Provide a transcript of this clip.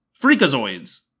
Freakazoids